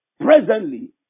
presently